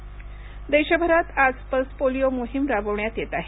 polio मोहीम देशभरात आज पल्स पोलिओ मोहीम राबविण्यात येत आहे